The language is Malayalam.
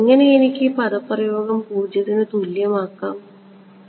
എങ്ങനെ എനിക്ക് ഈ പദപ്രയോഗം 0 ന് തുല്യം ആക്കാൻ കഴിയും